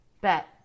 Bet